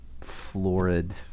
florid